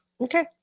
Okay